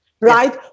right